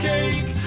Cake